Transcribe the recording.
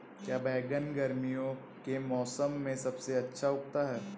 क्या बैगन गर्मियों के मौसम में सबसे अच्छा उगता है?